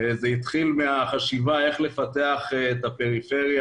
זה התחיל מהחשיבה איך לפתח את הפריפריה,